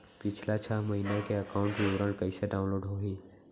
पिछला छः महीना के एकाउंट विवरण कइसे डाऊनलोड होही?